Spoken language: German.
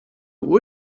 uhr